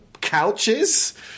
couches